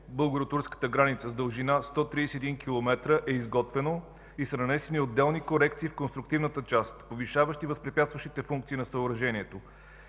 българо-турската граница с дължина 131 км е изготвено и са нанесени отделни корекции в конструктивната част, повишаващи възпрепятстващите функции на съоръжението.